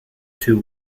two